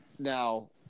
now